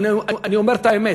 אבל אני אומר את האמת.